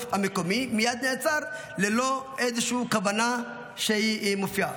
המקומי מייד נעצר ללא איזושהי כוונה שמופיעה.